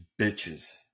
bitches